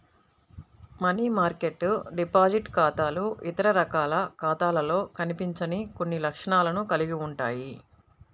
money market deposit ఖాతాలు ఇతర రకాల ఖాతాలలో కనిపించని కొన్ని లక్షణాలను కలిగి ఉంటాయి